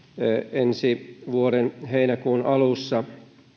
ensi vuoden heinäkuun alussa